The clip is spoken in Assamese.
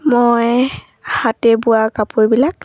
মই হাতে বোৱা কাপোৰবিলাক